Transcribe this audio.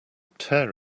tear